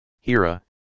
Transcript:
Hira